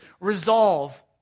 resolve